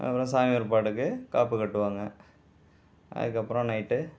அப்பறம் சாமி ஏற்பாடுக்கு காப்பு கட்டுவாங்க அதுக்கப்புறம் நைட்டு